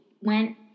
went